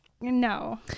no